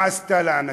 מה היא עשתה לאנשים,